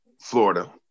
Florida